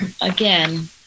again